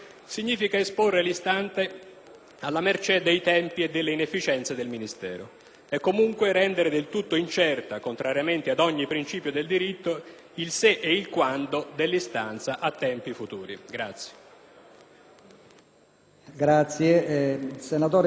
e, comunque, rendere del tutto incerti, contrariamente a qualunque principio del diritto, il se e il quando dell'istanza a tempi futuri.